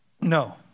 No